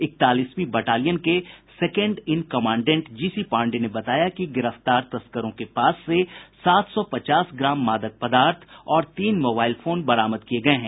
इकतालीसवीं battalion के second in commandant GC Pandey ने बताया कि गिरफ्तार तस्करों के पास से सात सौ पचास ग्राम मादक पदार्थ और तीन मोबाईल फोन बरामद किये गये हैं